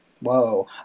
Whoa